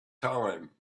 time